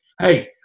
Hey